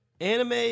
anime